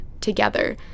together